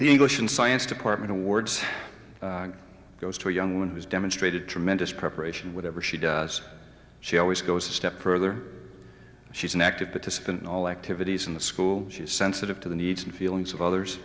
the english and science department awards goes to a young woman who's demonstrated tremendous preparation whatever she does she always goes a step further she's an active participant in all activities in the school she is sensitive to the needs and feelings of others